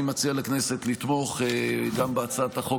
אני מציע לכנסת לתמוך גם בהצעת החוק